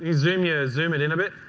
ah zoom yeah zoom it in a bit.